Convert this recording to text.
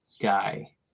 guy